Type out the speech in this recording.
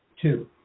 Two